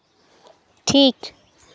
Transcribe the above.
ᱴᱷᱤᱠ